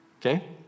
Okay